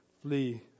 flee